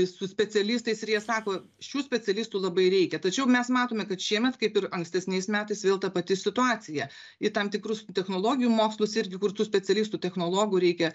su specialistais ir jie sako šių specialistų labai reikia tačiau mes matome kad šiemet kaip ir ankstesniais metais vėl ta pati situacija į tam tikrus technologijų mokslus irgi kur tų specialistų technologų reikia